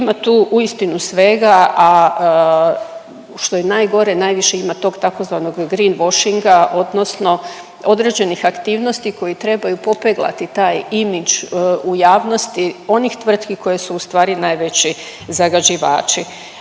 ima tu uistinu svega, a što je najgore najviše ima tog tzv. greenwashinga odnosno određenih aktivnosti koji trebaju poplegati taj imidž u javnosti onih tvrtki koje su ustvari najveći zagađivači.